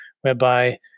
whereby